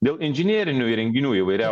dėl inžinerinių įrenginių įvairiausių